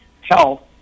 health